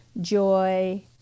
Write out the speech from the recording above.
joy